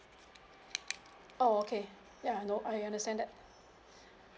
oh okay ya know I understand that